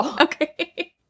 Okay